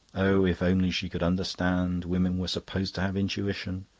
oh, if only she could understand! women were supposed to have intuition.